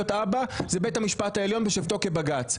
אבא זה בית המשפט העליון בשבתו כבג"צ.